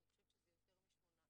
אני חושבת שזה יותר מ-88,